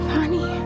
Honey